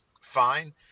fine